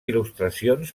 il·lustracions